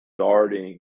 starting